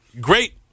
Great